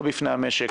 לא בפני המשק,